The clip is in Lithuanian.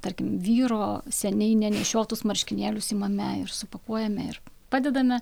tarkim vyro seniai nenešiotus marškinėlius imame ir supakuojame ir padedame